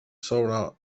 sobre